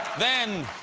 then